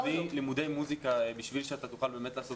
לימודי מוסיקה בשביל שאתה תוכל באמת לעשות